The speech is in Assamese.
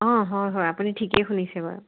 অ' হয় হয় আপুনি ঠিকে শুনিছে বাৰু